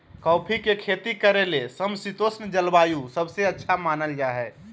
coffee के खेती करे ले समशितोष्ण जलवायु सबसे अच्छा मानल जा हई